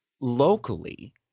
locally